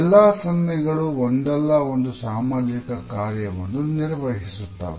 ಎಲ್ಲಾ ಸನ್ನೆಗಳು ಒಂದಲ್ಲ ಒಂದು ಸಾಮಾಜಿಕ ಕಾರ್ಯವನ್ನು ನಿರ್ವಹಿಸುತ್ತವೆ